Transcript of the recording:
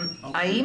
מאה אחוז.